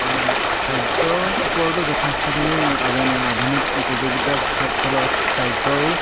খাদ্যৰ ওপৰতো যথেষ্ট খিনি আধুনিক প্ৰযুক্তি বিদ্যাৰ ফলত খাদ্যৰো